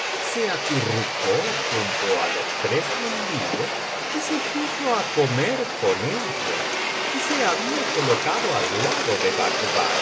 se acurrucó junto á los tres mendigos y se puso á comer con ellos y se había colocado al lado de